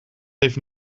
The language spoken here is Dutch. heeft